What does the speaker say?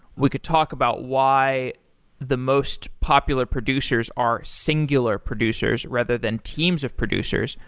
we could talk about why the most popular producers are singular producers, rather than teams of producers.